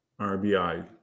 RBI